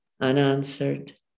unanswered